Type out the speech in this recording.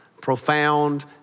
profound